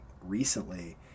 recently